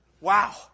Wow